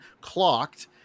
clocked